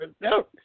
No